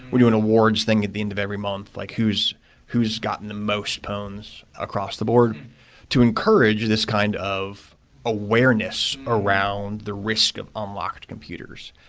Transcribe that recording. we're doing awards thing at the end of every month, like who's who's gotten the most pawns across the board to encourage this kind of awareness around the risk on locked computers.